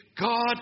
God